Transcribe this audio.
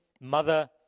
mother